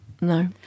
No